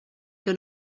que